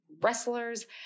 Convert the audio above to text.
wrestlers